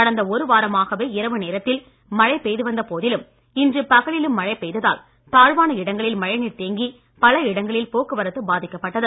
கடந்த ஒருவாரமாகவே இரவு நேரத்தில் மழை பெய்து வந்த போதிலும் இன்று பகலிலும் மழை பெய்ததால் தாழ்வான இடங்களில் மழை நீர் தேங்கி பல இடங்களில் போக்குவரத்து பாதிக்கப்பட்டது